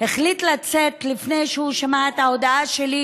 החליט לצאת לפני שהוא שמע את ההודעה שלי,